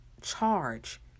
charge